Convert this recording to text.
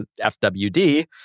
FWD